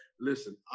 Listen